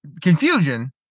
confusion